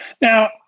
Now